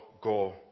go